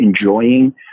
enjoying